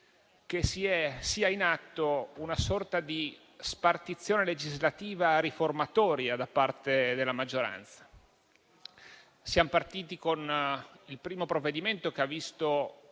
che sia in atto una sorta di spartizione legislativa riformatrice da parte della maggioranza. Siamo partiti con il primo provvedimento, il disegno